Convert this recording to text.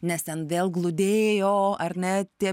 nes ten vėl glūdėjo ar ne tie